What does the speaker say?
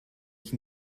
can